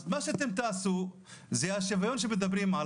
אז מה שאתם תעשו זה השוויון שעליו אתם מדברים,